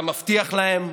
אתה מבטיח להם,